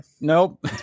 Nope